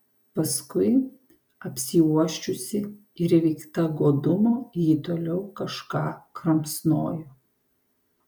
paskui apsiuosčiusi ir įveikta godumo ji toliau kažką kramsnojo